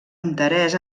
interès